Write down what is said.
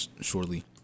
shortly